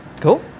Cool